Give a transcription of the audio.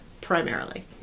primarily